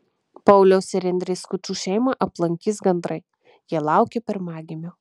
pauliaus ir indrės skučų šeimą aplankys gandrai jie laukia pirmagimio